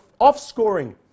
offscoring